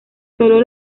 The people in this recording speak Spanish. solo